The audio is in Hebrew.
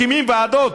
מקימים ועדות,